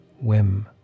whim